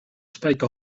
spike